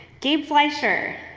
gabe fleisher.